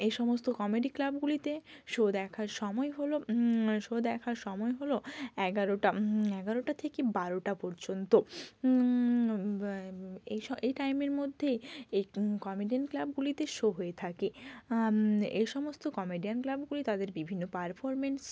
এসমস্ত কমেডি ক্লাবগুলিতে শো দেখার সময় হলো শো দেখার সময় হল এগারোটা এগারোটা থেকে বারোটা পর্যন্ত এই স এই টাইমের মধ্যেই এই কমিডিয়ান ক্লাবগুলিতে শো হয়ে থাকে এি সমস্ত কমেডিয়ান ক্লাবগুলি তাদের বিভিন্ন পারফর্মেন্স